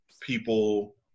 people